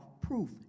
proof